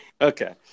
Okay